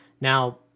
Now